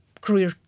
career